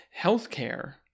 healthcare